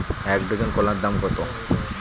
এক ডজন কলার দাম কত?